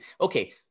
Okay